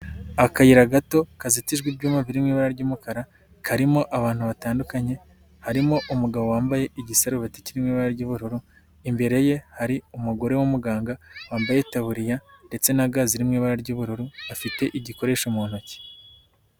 Akayira gato, kazitijwe ibyuma biri mu ibara ry'umukara, karimo abantu batandukanye, harimo umugabo wambaye igisarubeti kiri mu ibara ry'ubururu, imbere ye hari umugore w'umuganga, wambayetaburiya ndetse na gazi'i ibara ry'ubururu, afite igikore mu ntoki.